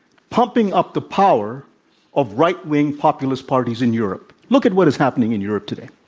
pumping up the power of right-wing populist parties in europe. look at what is happening in europe today.